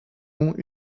ont